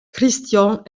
christian